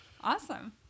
Awesome